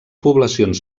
poblacions